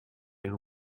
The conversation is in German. ein